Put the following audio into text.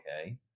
Okay